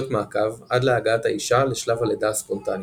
מעקב עד להגעת האישה לשלב הלידה הספונטני,